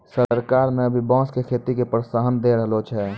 सरकार न भी बांस के खेती के प्रोत्साहन दै रहलो छै